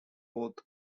both